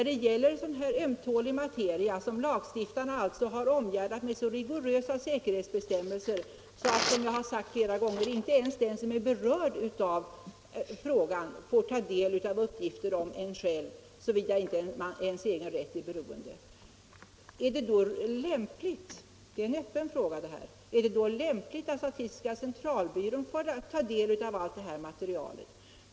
Det gäller här en ömtålig materia som lagstiftarna har omgärdat med så rigorösa säkerhetsbestämmelser att inte ens den som är berörd av frågan får ta del av uppgifterna, såvida inte hans egen rätt är beroende av dem. Är det då lämpligt — detta är en öppen fråga — att statistiska centralbyrån får ta del av allt det här materialet?